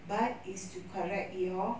but is to correct your